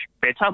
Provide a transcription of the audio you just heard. better